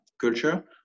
culture